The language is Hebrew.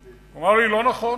הוא אמר לי, לא נכון.